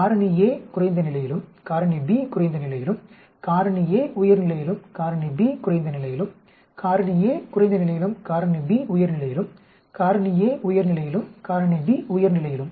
காரணி a குறைந்த நிலையிலும் காரணி b குறைந்த நிலையிலும் காரணி a உயர் நிலையிலும் காரணி b குறைந்த நிலையிலும் காரணி a குறைந்த நிலையிலும் காரணி b உயர் நிலையிலும் காரணி a உயர் நிலையிலும் காரணி b உயர் நிலையிலும்